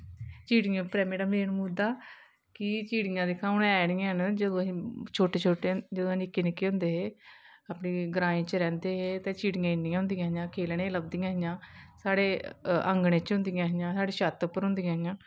चिड़ियें उप्पर ऐ मेरा मेन मुद्दा कि चिड़ियां दिक्खो हून ऐ नी हैन जदूं असीं छोटे छोटे जंदू निक्के निक्के होंदे हे अपनी ग्रांए च रैंह्दे हे ते चिड़ियां इन्नियां होंदियां हियां खेलनी ई लभदियां हियां साढ़े आंगनै च होंदियां हियां साढ़ी छत्त उप्पर होंदियां हियां